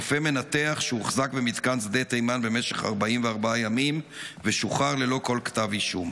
רופא מנתח שהוחזק במתקן שדה תימן במשך 44 ימים ושוחרר ללא כל כתב אישום.